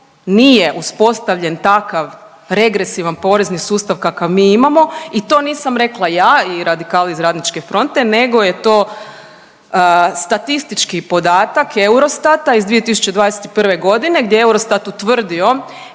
nije uspostavljen takav regresivan porezni sustav kakav mi imamo i to nisam rekla ja i radikali iz Radničke fronte nego je to statistički podatak Eurostata iz 2021. godine gdje je Eurostat utvrdio